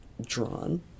drawn